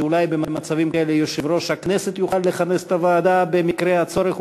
שאולי במצבים כאלה יושב-ראש הכנסת יוכל לכנס את הוועדה במקרה הצורך,